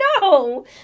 no